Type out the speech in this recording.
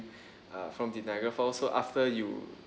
uh from the niagara fall so after you